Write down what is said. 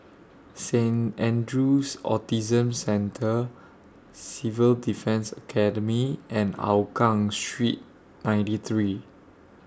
Saint Andrew's Autism Centre Civil Defence Academy and Hougang Street ninety three